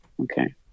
Okay